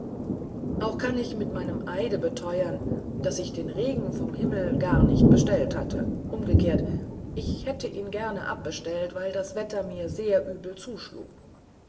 auch kann ich mit einem eide beteuern daß ich den regen vom himmel gar nicht bestellt hatte umgekehrt ich hätte ihn gern abbestellt weil das wetter mir sehr übel zuschlug